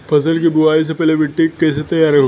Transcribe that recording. फसल की बुवाई से पहले मिट्टी की कैसे तैयार होखेला?